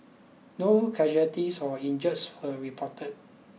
no casualties or injuries were reported